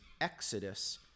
Exodus